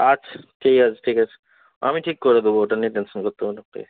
আচ্ছা ঠিক আছে ঠিক আছে আমি ঠিক করে দেব ওটা নিয়ে টেনশান করতে হবে না পেয়ে